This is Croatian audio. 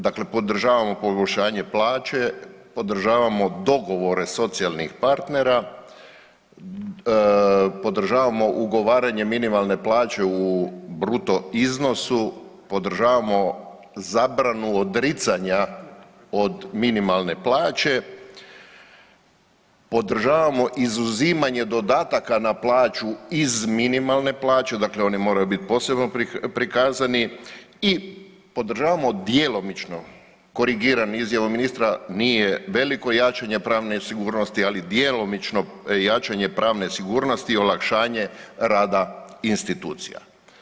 Dakle, podržavamo povećanje plaće, podržavamo dogovore socijalnih partnera, podržavamo ugovaranje minimalne plaće u bruto iznosu, podržavamo zabranu odricanja od minimalne plaće, podržavamo izuzimanje dodataka na plaću iz minimalne plaće dakle one moraju biti posebno prikazani i podržavamo djelomično, korigiram izjavu ministra nije veliko jačanje pravne sigurnosti ali djelomično jačanje pravne sigurnosti i olakšanje rada institucija.